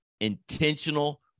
intentional